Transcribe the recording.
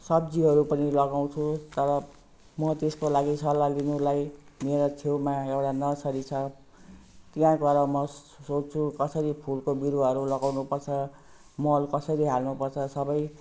सब्जीहरू पनि लगाउँछु तर म त्यसको लागि सल्लाह लिनुको लागि मेरो छेउमा एउटा नर्सरी छ त्यहाँ गएर म सोध्छु कसरी फुलको बिरुवाहरू लगाउनुपर्छ मल कसरी हाल्नुपर्छ सबै